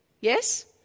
yes